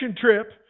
trip